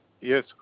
Yes